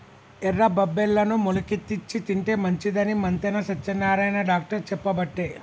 ఎర్ర బబ్బెర్లను మొలికెత్తిచ్చి తింటే మంచిదని మంతెన సత్యనారాయణ డాక్టర్ చెప్పబట్టే